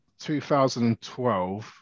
2012